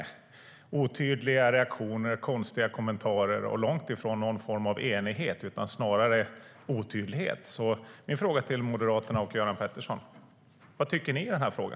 Det har varit otydliga reaktioner, konstiga kommentarer och långt ifrån någon form av enighet, utan snarare otydlighet. Min fråga till Moderaterna och Göran Pettersson är: Vad tycker ni i den här frågan?